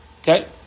Okay